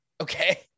Okay